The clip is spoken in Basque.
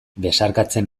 besarkatzen